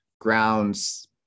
grounds